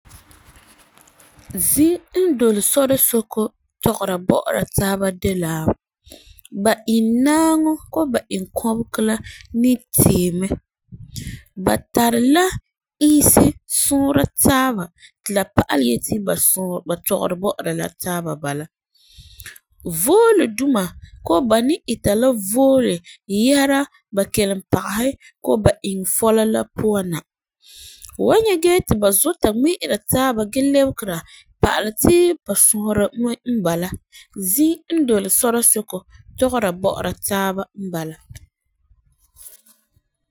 Zim n doli sɔrɔsɛko tɔgera bɔ'ɔra taaba de la, ba iŋnaaŋɔ koo ba inkɔbegɔ la ni tee mɛ. Ba tari la isi sɔɔra taaba ti la pa'alɛ yeti ba tɔgera bɔ'ɔra taaba la. Voole duma koo ba ni ita la voole yesera ba kelimpagesi koo ba infoola la puan na. Hu nyɛ gee ti ba zɔta ŋmɛ'ɛra taaba gee lɛbegera pa'alɛ tii ba sɔheri me n bala. Zim n doli sɔrɔsɛko tɔgera bɔ'ɔra taaba n bala.